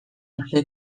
uste